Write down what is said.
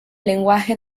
lenguaje